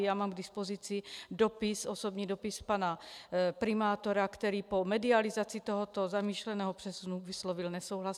Já mám k dispozici osobní dopis pana primátora, který po medializaci tohoto zamýšleného přesunu vyslovil nesouhlas.